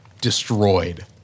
destroyed